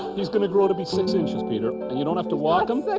he's going to grow to be six inches, peter. and you don't have to walk him.